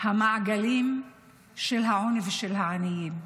המעגלים של העוני ושל העניים.